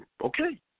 okay